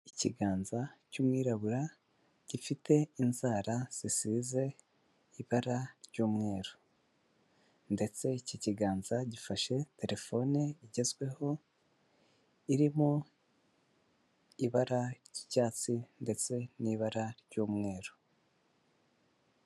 Ikiganza cy'umwirabura gifite inzara zisize ibara ry'umweru ndetse iki kiganza gifashe telefone igezweho, irimo ibara ry'icyatsi ndetse n'ibara ry'umweru.